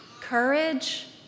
courage